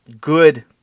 good